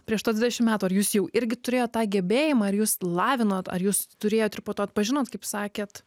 prieš tuos dvidešim metų ar jūs jau irgi turėjot tą gebėjimą ar jūs lavinot ar jūs turėjot ir po to atpažinot kaip sakėt